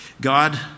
God